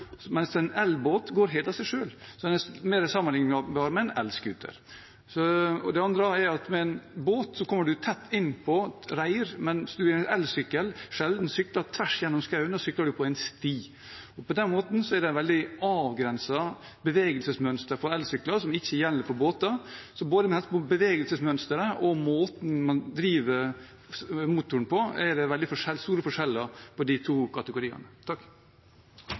mens en elbåt går helt av seg selv, så den er mer sammenliknbar med en elscooter. Det andre er at med en båt kommer man tett innpå reir, mens man med en elsykkel sjelden sykler tvers gjennom skauen, da sykler man på en sti. På den måten er det et veldig avgrenset bevegelsesmønster for elsykler, som ikke gjelder for båter. Med hensyn til både bevegelsesmønsteret og måten man driver motoren på, er det veldig store forskjeller på de to kategoriene.